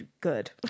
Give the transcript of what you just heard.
good